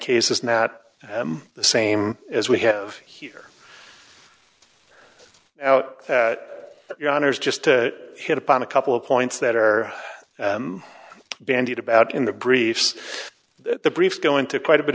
case is not the same as we have here out that your honors just to hit upon a couple of points that are bandied about in the briefs the briefs go into quite a bit